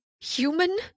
Human